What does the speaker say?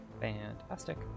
Fantastic